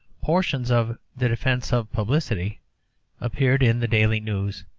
portions of the defence of publicity appeared in the daily news.